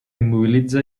immobilitza